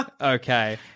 Okay